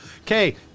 Okay